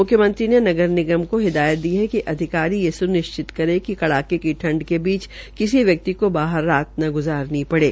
म्ख्यमंत्री ने नगर निगम को हिदायत दी कि अधिकारी ये सुनिश्चित करें कि कड़ाके की ठंड के बीच किसी व्यक्ति को बाहर रात न ग्जारनी पड़े